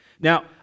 now